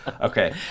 Okay